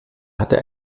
hatte